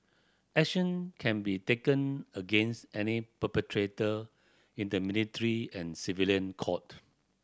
action can be taken against any perpetrator in the military and civilian court